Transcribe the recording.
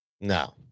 no